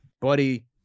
Buddy –